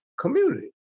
community